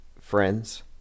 friends